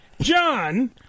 John